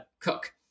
cook